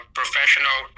professional